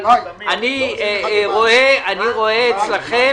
אבל אני רואה אצלכם